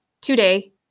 today